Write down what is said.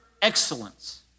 excellence